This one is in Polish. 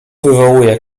wywołuje